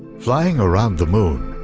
flying around the moon,